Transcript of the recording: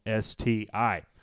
STI